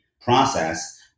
process